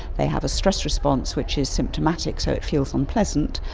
they have a stress response which is symptomatic, so it feels unpleasant,